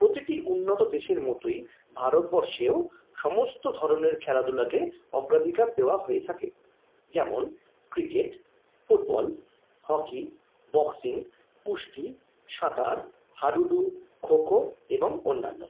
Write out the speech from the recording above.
প্রতিটি উন্নত দেশের মতই ভারতবর্ষেও সমস্ত ধরনের খেলাধুলাকে অগ্রাধিকার দেওয়া হয়ে থাকে যেমন ক্রিকেট ফুটবল হকি বক্সিং কুস্তি সাঁতার হাডুডু খো খো এবং অন্যান্য